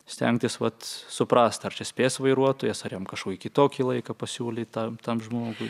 stengtis vat suprast ar čia spės vairuotojas ar jam kažkokį kitokį laiką pasiūlyt tam tam žmogui